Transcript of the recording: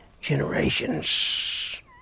generations